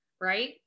Right